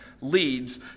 leads